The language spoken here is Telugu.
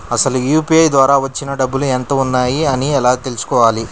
అసలు యూ.పీ.ఐ ద్వార వచ్చిన డబ్బులు ఎంత వున్నాయి అని ఎలా తెలుసుకోవాలి?